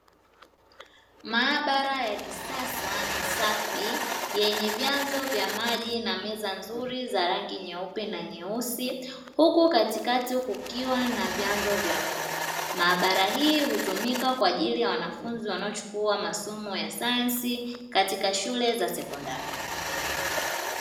Maabara ya kisasa na safi, yenye vyanzo vya maji na meza nzuri za rangi nyeupe na nyeusi. Huku katikati kukiwa na vyanzo vya moto. Maabara hii hutumika kwa ajili ya wanafunzi wanaochukua masomo ya sayansi katika shule za sekondari.